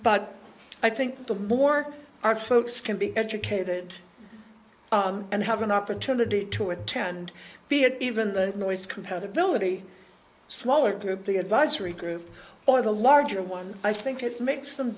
but i think the more our folks can be educated and have an opportunity to attend be an even the noise compatibility smaller group the advisory group or the larger one i think it makes them